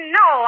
no